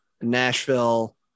Nashville